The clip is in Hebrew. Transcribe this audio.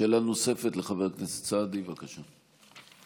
שאלה נוספת לחבר הכנסת סעדי, בבקשה.